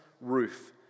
roof